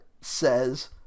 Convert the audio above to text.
says